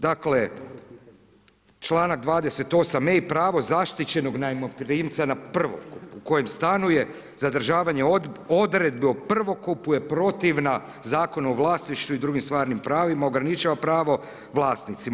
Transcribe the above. Dakle, članak 28. pravo zaštićenog najmoprimca na prvokup u kojem stanuje zadržavanje odredbi o prvokupu je protivna Zakonu o vlasništvu i drugim stvarnim pravima ograničava pravo vlasnicima.